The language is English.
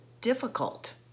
difficult